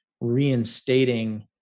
reinstating